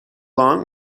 long